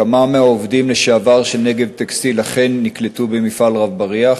כמה מהעובדים לשעבר של "נגב טקסטיל" אכן נקלטו במפעל "רב-בריח"?